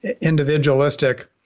individualistic